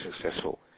successful